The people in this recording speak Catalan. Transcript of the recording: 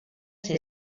ser